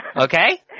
Okay